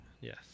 Yes